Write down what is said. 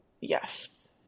Yes